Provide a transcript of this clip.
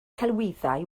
celwyddau